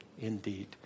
indeed